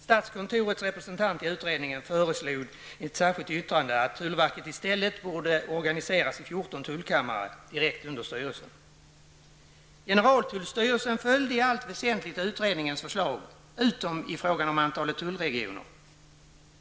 Statskontorets representant i utredningen föreslog i ett särskilt yttrande att tullverket i stället borde organiseras i 14 tullkammare direkt under styrelsen. Generaltullstyrelsen följde i allt väsentligt utredningens förslag, utom i frågan om antalet tullregioner.